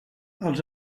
els